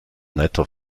netter